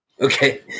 Okay